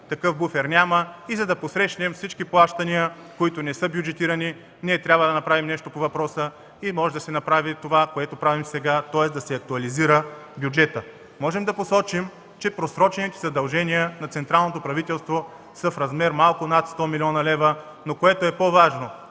Такъв буфер няма и за да посрещнем всички плащания, които не са бюджетирани, трябва да направим нещо по въпроса. Може да се направи това, което правим сега, тоест да се актуализира бюджетът. Можем да посочим, че просрочените задължения на централното правителство са в размер малко над 100 млн. лв. По-важното